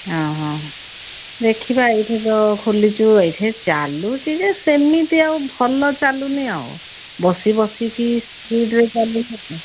ହଁ ହଁ ଦେଖିବା ଏଇଠି ତ ଖୋଲିଛୁ ଏଇଠି ଚାଲୁଛି ଯେ ସେମିତି ଆଉ ଭଲ ଚାଲୁନି ଆଉ ବସି ବସିକି ସ୍ପିଡ୍ରେ ଚାଲିଲେ ତ